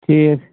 ٹھیٖک